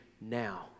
now